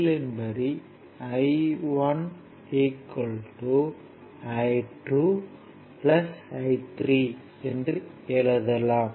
L யின் படி I1 I2 I3 என்று எழுதலாம்